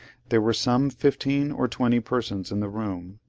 there were some fifteen or twenty persons in the room.